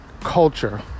culture